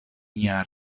mia